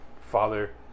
father